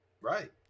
Right